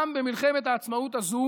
גם במלחמת העצמאות הזו